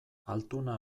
altuna